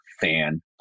fan